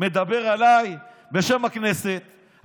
מדבר עליי בשם הכנסת,